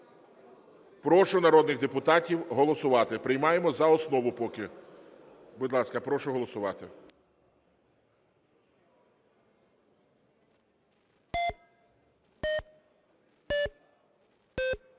Прошу народних депутатів голосувати. Приймаємо за основу поки. Будь ласка, прошу голосувати.